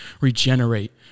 regenerate